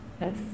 Yes